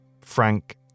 Frank